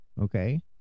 Okay